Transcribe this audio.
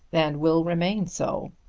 and will remain so,